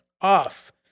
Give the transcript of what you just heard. Off